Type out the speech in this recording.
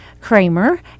Kramer